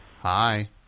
Hi